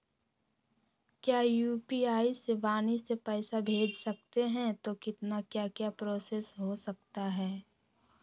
क्या यू.पी.आई से वाणी से पैसा भेज सकते हैं तो कितना क्या क्या प्रोसेस हो सकता है?